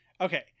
Okay